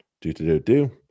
Do-do-do-do